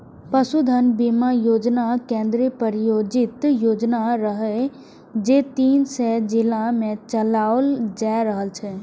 पशुधन बीमा योजना केंद्र प्रायोजित योजना रहै, जे तीन सय जिला मे चलाओल जा रहल छै